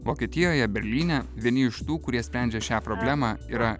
vokietijoje berlyne vieni iš tų kurie sprendžia šią problemą yra